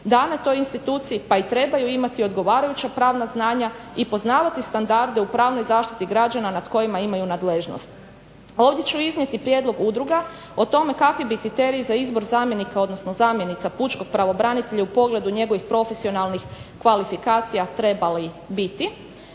dane toj instituciji pa i trebaju imati odgovarajuća pravna znanja i poznavati standarde u pravnoj zaštiti građana nad kojima imaju nadležnost. Ovdje ću iznijeti prijedlog udruga o tome kakvi bi kriteriji za izbor zamjenika, odnosno zamjenica pučkog pravobranitelja u pogledu njegovih profesionalnih kvalifikacija trebali biti.